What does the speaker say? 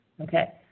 okay